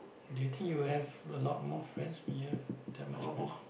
do you think you will have a lot more friends when you have that much money